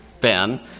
Ben